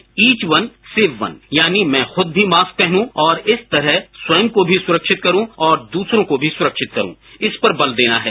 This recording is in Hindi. म्बी व्दम ैअम व्दम यानी मै खुद भी मास्क पहनूं और इस तरह स्वयं को भी सुरक्षित करूं और दूसरों को भी सुरक्षित करूं इस पर दल देना है